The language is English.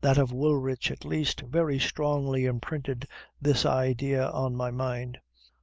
that of woolwich, at least, very strongly imprinted this idea on my mind